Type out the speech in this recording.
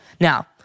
Now